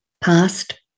past